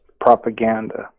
propaganda